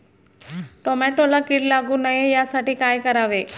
टोमॅटोला कीड लागू नये यासाठी काय करावे?